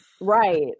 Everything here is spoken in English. right